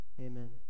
amen